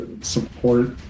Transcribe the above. support